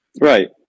Right